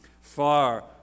far